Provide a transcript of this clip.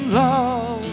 love